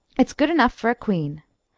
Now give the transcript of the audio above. it's good enough for a queen.